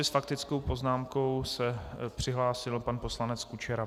S faktickou poznámkou se přihlásil pan poslanec Kučera.